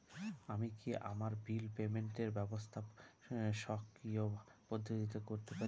আমি কি আমার বিল পেমেন্টের ব্যবস্থা স্বকীয় পদ্ধতিতে করতে পারি?